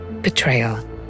betrayal